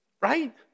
right